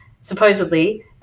supposedly